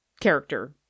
character